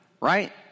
right